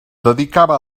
dedicava